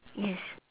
yes